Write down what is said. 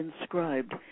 inscribed